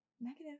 negative